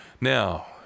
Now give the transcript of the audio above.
Now